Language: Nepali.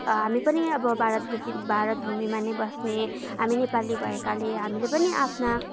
हामी पनि अब भारतवासी भारत भूमिमा नै बस्ने हामी नेपाली भएकाले हामीले पनि आफ्ना